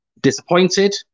disappointed